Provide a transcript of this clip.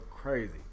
crazy